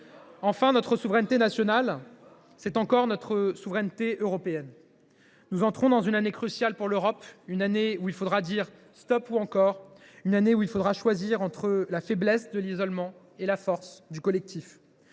Enfin, notre souveraineté nationale, c’est encore notre souveraineté européenne. Nous entrons dans une année cruciale pour l’Europe, une année où il faudra se déterminer – stop ou encore –, une année où il faudra choisir entre la faiblesse de l’isolement et la force du collectif.